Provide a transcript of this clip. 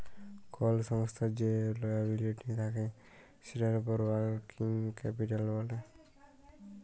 call সংস্থার যে liability থাক্যে সেটার উপর ওয়ার্কিং ক্যাপিটাল ব্যলে